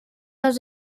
las